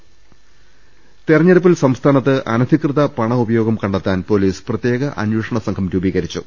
രുവെട്ട്ടറു തെരഞ്ഞെടുപ്പിൽ സംസ്ഥാനത്ത് അനധികൃത പണ ഉപയോഗം കണ്ടെ ത്താൻ പൊലീസ് പ്രത്യേക അന്വേഷണ സംഘം രൂപീകരിച്ചു